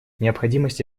необходимость